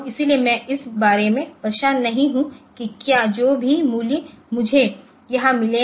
इसलिए मैं इस बारे में परेशान नहीं हूं कि क्या जो भी मूल्य मुझे यहां मिले हैं